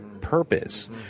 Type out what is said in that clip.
purpose